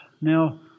Now